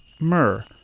Myrrh